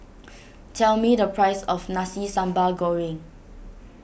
tell me the price of Nasi Sambal Goreng